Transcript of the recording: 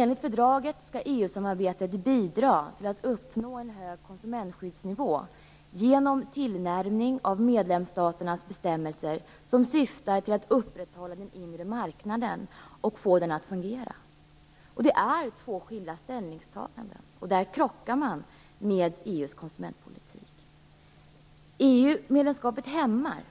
Enligt fördraget skall EU-samarbetet bidra till att uppnå en hög konsumentskyddsnivå genom tillnärmning av medlemsstaternas bestämmelser som syftar till att upprätthålla den inre marknaden och få den att fungera. Det är två skilda ställningstaganden. Där krockar vårt ställningstagande med EU:s konsumentpolitik. EU-medlemskapet är hämmande.